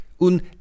Un